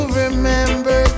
remember